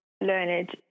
learned